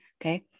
Okay